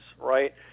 right